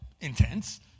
intense